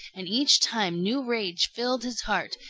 and each time new rage filled his heart,